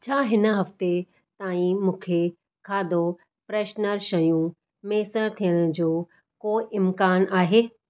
छा हिन हफ़्ते ताईं मूंखे खाधो फ्रैशनर शयूं मुयसर थियण जो को इम्कानु आहे